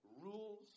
rules